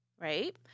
right